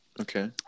Okay